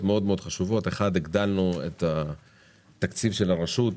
מאוד חשובות: הגדלנו את התקציב של הרשות,